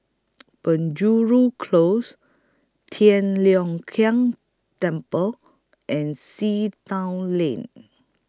Penjuru Close Tian Leong Keng Temple and Sea Town Lane